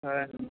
సరే అండి